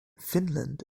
finland